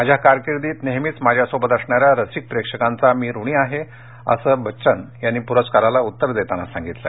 माझ्या कारकिर्दीत नेहमीच माझ्यासोबत असणाऱ्या रसिक प्रेक्षकांचा मी ऋणी आहे असं अमिताभ बच्चन प्रस्काराला उत्तर देताना म्हणाले